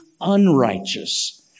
unrighteous